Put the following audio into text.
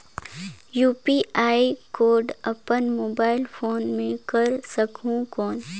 UPI code अपन mobile phone मे कर सकहुं कौन?